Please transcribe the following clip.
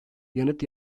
yanıt